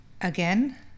Again